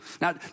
Now